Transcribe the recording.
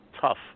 tough